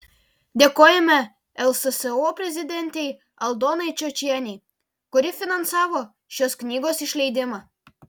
dėkojame lsso prezidentei aldonai čiočienei kuri finansavo šios knygos išleidimą